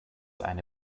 eine